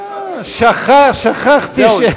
שכחתי.